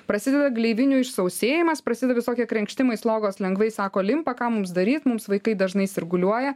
prasideda gleivinių išsausėjimas prasideda visokie krenkštimai slogos lengvai sako limpa ką mums daryt mums vaikai dažnai sirguliuoja